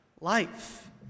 life